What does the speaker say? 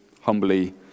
humbly